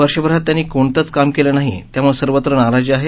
वर्षभरात त्यांनी कोणतंच काम केलं नाही त्यामुळे सर्वत्र नाराजी आहे